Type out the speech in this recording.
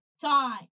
time